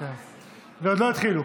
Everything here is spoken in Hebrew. ועוד לא התחילו.